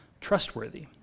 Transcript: trustworthy